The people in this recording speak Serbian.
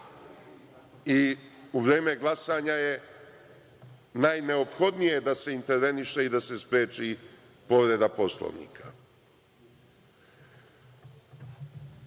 I u vreme glasanja je najneophodnije da se interveniše i da se spreči povreda Poslovnika. Mi